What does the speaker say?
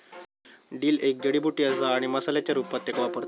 dill एक जडीबुटी असा आणि मसाल्याच्या रूपात त्येका वापरतत